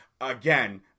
Again